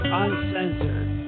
uncensored